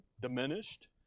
Diminished